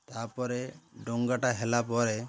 ତା'ପରେ ଡଙ୍ଗାଟା ହେଲା ପରେ